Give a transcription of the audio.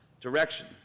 direction